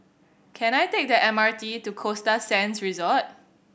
can I take the M R T to Costa Sands Resort